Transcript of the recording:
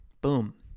boom